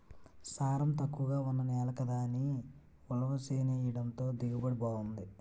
సారం తక్కువగా ఉన్న నేల కదా అని ఉలవ చేనెయ్యడంతో దిగుబడి బావుంది